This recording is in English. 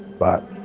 but